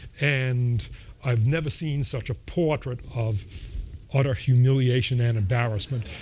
and i've never seen such a portrait of utter humiliation and embarrassment.